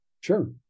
Sure